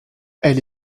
elle